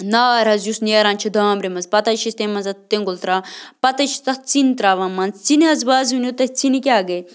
نار حظ یُس نیران چھِ دانٛمبرِ منٛز پَتہٕ حظ چھِ أسۍ تَمہِ منٛز اَتھ تیوٚنٛگُل پَتہٕ حظ چھِ تَتھ ژِنۍ ترٛاوان منٛز ژِنہِ حظ بہٕ حظ ؤنِو تۄہہِ ژِنہِ کیٛاہ گٔے